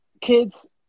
kids